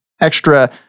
extra